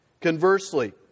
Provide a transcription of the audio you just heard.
Conversely